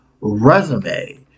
resume